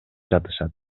жатышат